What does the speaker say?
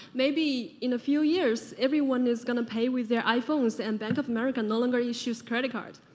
maybe in a few years everyone is gonna pay with their iphones, and bank of america no longer issues credit cards.